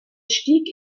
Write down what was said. stieg